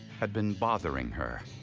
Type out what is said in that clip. had been bothering her.